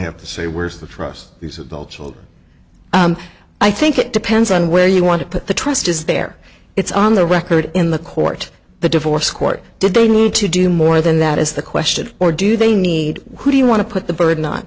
have to say where's the trust these adult children i think it depends on where you want to put the trust is there it's on the record in the court the divorce court did they knew to do more than that is the question or do they need who do you want to put the burden on